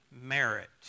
merit